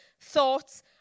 thoughts